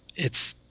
it's